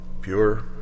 pure